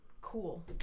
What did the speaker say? cool